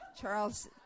Charles